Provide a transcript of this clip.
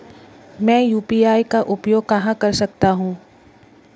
मैं यू.पी.आई का उपयोग कहां कर सकता हूं?